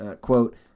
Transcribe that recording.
Quote